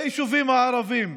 ביישובים הערביים.